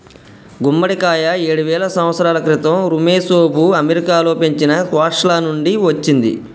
గుమ్మడికాయ ఏడువేల సంవత్సరాల క్రితం ఋమెసోఋ అమెరికాలో పెంచిన స్క్వాష్ల నుండి వచ్చింది